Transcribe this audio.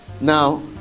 now